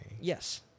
Yes